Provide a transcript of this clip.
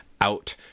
out